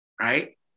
right